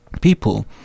people